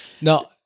no